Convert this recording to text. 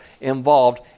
involved